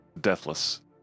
Deathless